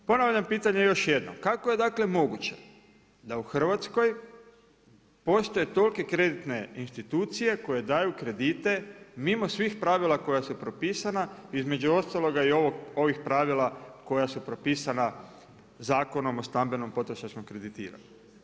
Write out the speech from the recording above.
Ponavljam pitanje još jednom, kako je dakle, moguće, da u Hrvatskoj postoje tolike kreditne institucije koje daju kredite mimo svih pravila koja su propisana, između ostaloga i ovih pravila koja su propisana Zakonom o stambenom potrošačkom kreditiranju.